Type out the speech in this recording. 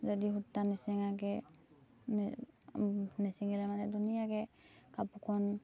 যদি সূতা নিচিঙাকে নিচিঙিলে মানে ধুনীয়াকে কাপোৰখন